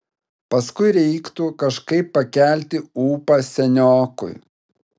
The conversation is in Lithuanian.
paskui reiktų kažkaip pakelti ūpą seniokui